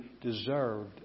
deserved